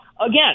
again